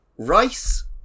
Rice